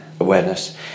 awareness